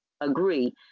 agree